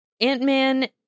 Ant-Man